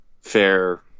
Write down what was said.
fair